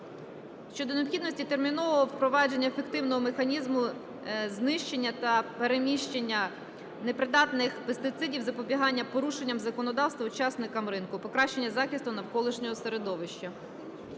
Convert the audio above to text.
щодо необхідності термінового впровадження ефективного механізму знищення та переміщення непридатних пестицидів запобігання порушенням законодавства учасниками ринку, покращення захисту навколишнього середовища.